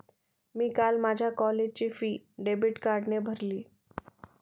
मी काल माझ्या कॉलेजची फी डेबिट कार्डने भरली